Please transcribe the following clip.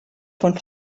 von